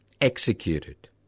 executed